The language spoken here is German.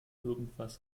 irgendwas